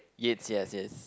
Yates yes yes